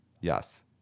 yes